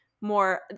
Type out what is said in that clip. more